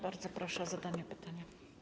Bardzo proszę o zadanie pytania.